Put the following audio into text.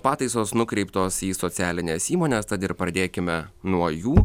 pataisos nukreiptos į socialines įmones tad ir pradėkime nuo jų